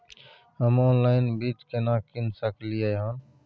हम ऑनलाइन बीज केना कीन सकलियै हन?